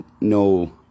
no